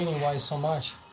so much.